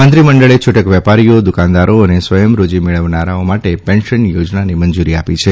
મંત્રી મંડળે છુટક વેપારીઓ દુકાનદારો અને સ્વયં રોજી મેળવનારાઓ માટે પેન્શન યોજનાને મંજુરી આપી છે